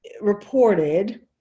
reported